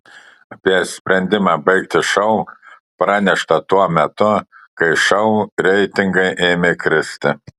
apie sprendimą baigti šou pranešta tuo metu kai šou reitingai ėmė kristi